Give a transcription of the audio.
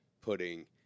putting